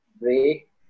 break